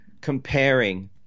comparing